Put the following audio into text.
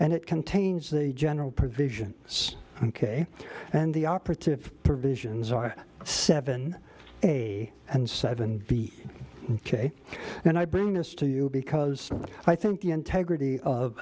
and it contains the general provision ok and the operative provisions are seven and seven be ok and i bring this to you because i think the integrity of